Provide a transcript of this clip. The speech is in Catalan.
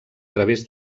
través